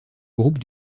groupe